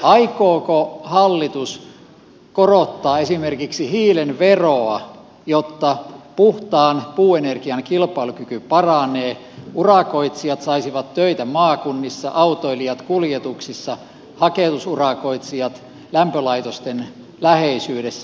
aikooko hallitus korottaa esimerkiksi hiilen veroa jotta puhtaan puuenergian kilpailukyky paranee urakoitsijat saisivat töitä maakunnissa autoilijat kuljetuksissa haketusurakoitsijat lämpölaitosten läheisyydessä